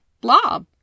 blob